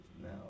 now